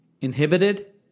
inhibited